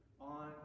on